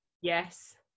Yes